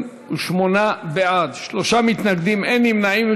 28 בעד, שלושה מתנגדים, אין נמנעים.